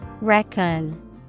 Reckon